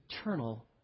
eternal